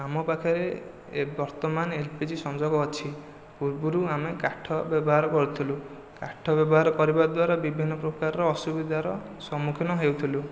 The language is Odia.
ଆମ ପାଖରେ ଏ ବର୍ତ୍ତମାନ ଏଲ୍ପିଜି ସଂଯୋଗ ଅଛି ପୂର୍ବରୁ ଆମେ କାଠ ବ୍ୟବହାର କରୁଥିଲୁ କାଠ ବ୍ୟବହାର କରିବା ଦ୍ୱାରା ବିଭିନ୍ନ ପ୍ରକାର ଅସୁବିଧାର ସମ୍ମୁଖୀନ ହେଉଥିଲୁ